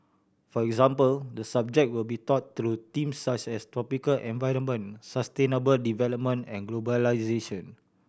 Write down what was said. for example the subject will be taught through themes such as tropical environment sustainable development and globalisation